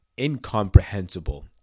incomprehensible